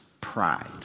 pride